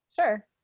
Sure